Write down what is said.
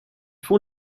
font